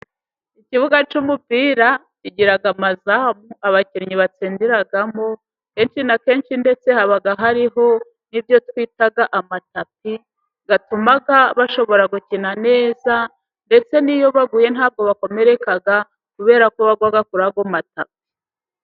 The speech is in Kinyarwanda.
Ikibuga cy'umupira kigira amazamu abakinnyi batsindiramo, kenshi na kenshi ndetse haba hariho n'ibyo twita amatapi atuma bashobora gukina neza. Ndetse n'iyo baguye nta bwo bakomereka kubera ko bagwa kuri ayo matapi.